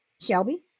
Shelby